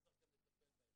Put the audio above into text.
ואתה צריך גם לטפל בהן.